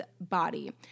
body